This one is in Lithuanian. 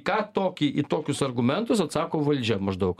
ką tokį į tokius argumentus atsako valdžia maždaug